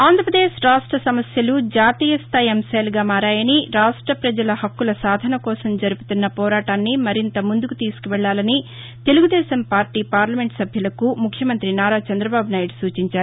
ఆంధ్రాప్రదేశ్ రాష్ట్ర సమస్యలు జాతీయ స్దాయి అంశాలుగా మారాయని రాష్ట్ర ప్రజల హక్కుల సాధనకోసం జరుపుతున్న పోరాటాన్ని మరింత ముందుకు తీసుకు వెళ్ళాలని తెలుగుదేశం పార్టీ పార్లమెంటు సభ్యులకు ముఖ్యమంతి నారా చంద్రదబాబు నాయుడు సూచించారు